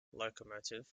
locomotive